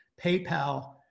PayPal